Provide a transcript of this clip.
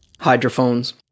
hydrophones